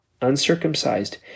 uncircumcised